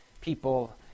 people